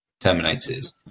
terminators